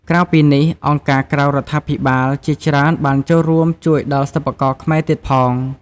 ក្រៅពីនេះ អង្គការក្រៅរដ្ឋាភិបាលជាច្រើនបានចូលរួមជួយដល់សិប្បករខ្មែរទៀតផង។